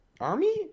Army